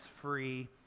free